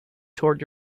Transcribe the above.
toward